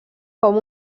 com